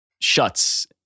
shuts